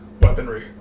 weaponry